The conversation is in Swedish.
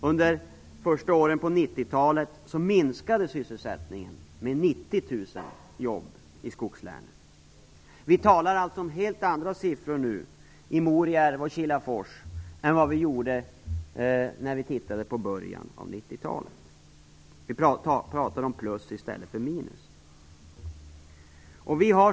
Under de första åren av 90-talet minskade sysselsättningen med 90 000 jobb i skogslänen. Vi talar alltså om helt andra siffror nu i Morjärv och Kilafors än vad vi gjorde i början av 90-talet. Vi talar om plus i stället för minus.